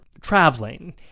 traveling